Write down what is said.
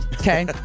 okay